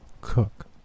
cook